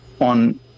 on